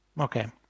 Okay